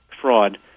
fraud